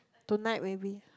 tonight maybe